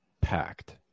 packed